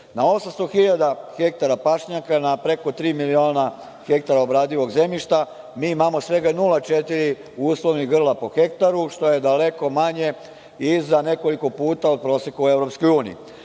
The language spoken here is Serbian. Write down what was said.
Na 800 hiljada hektara pašnjaka, na preko tri miliona hektara obradivog zemljišta, imamo svega 0,4 uslovnih grla po hektaru, što je daleko manje i za nekoliko puta od proseka u EU.